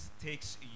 takes